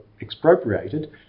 expropriated